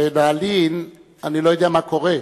בנעלין אני לא יודע מה קורה,